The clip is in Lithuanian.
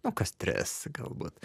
nu kas tris galbūt